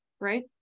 right